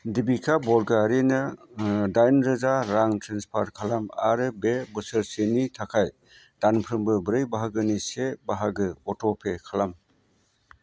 देबिका बरग'यारिनो दाइन रोजा रां ट्रेन्सफार खालाम आरो बे बोसोरसेनि थाखाय दानफ्रोमबो ब्रै बाहागोनि से बाहागो अट'पे खालाम